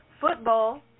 football